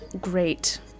Great